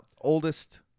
oldest